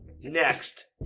Next